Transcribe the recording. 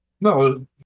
No